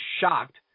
shocked